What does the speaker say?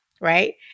right